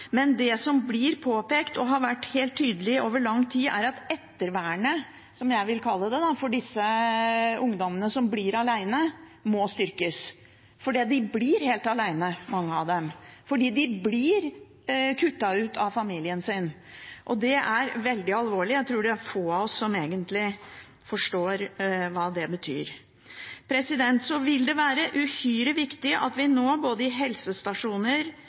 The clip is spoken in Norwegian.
men det som blir påpekt, og har vært helt tydelig over lang tid, er at ettervernet, som jeg vil kalle det, for de ungdommene som blir alene, må styrkes. De blir helt alene mange av dem, fordi de blir kuttet ut av familien sin, og det er veldig alvorlig. Jeg tror det er få av oss som egentlig forstår hva det betyr. Så vil det være uhyre viktig at vi nå både i helsestasjoner,